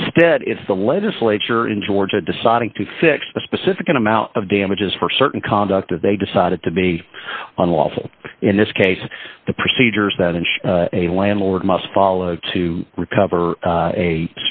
instead it's the legislature in georgia deciding to fix a specific amount of damages for certain conduct or they decided to be unlawful in this case the procedures that ensure a landlord must follow to recover